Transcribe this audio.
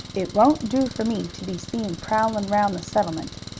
it won't do for me to be seen prowlin' round the settlement.